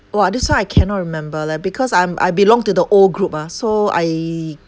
!wah! this one I cannot remember leh because I'm I belong to the old group ah so I